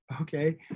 okay